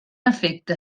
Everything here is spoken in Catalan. efecte